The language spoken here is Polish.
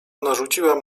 narzuciłam